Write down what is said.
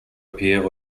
appear